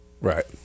Right